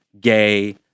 gay